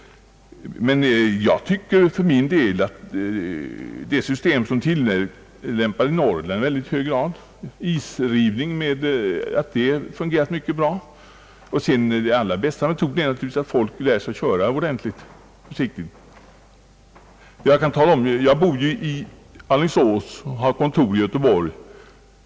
Jag tycker för min del att det system som i mycket stor utsträckning tillämpas i Norrland, nämligen isrivning, fungerar mycket bra. Den allra bästa metoden är naturligtvis att folk lär sig köra ordentligt och försiktigt. Jag bor i Alingsås och har kontor i Göteborg.